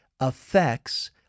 Affects